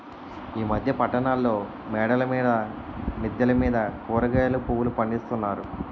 ఈ మధ్య పట్టణాల్లో మేడల మీద మిద్దెల మీద కూరగాయలు పువ్వులు పండిస్తున్నారు